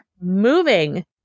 moving